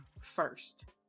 first